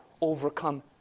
overcome